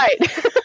Right